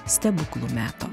stebuklų meto